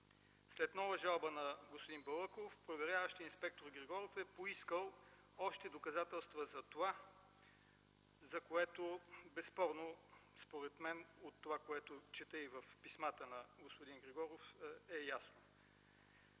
След нова жалба на господин Балъков проверяващият инспектор Григоров е поискал още доказателства затова, за което безспорно, според мен, от това което чета и в писмата на господин Григоров, е ясно.